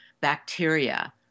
bacteria